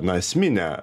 na esmine